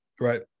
Right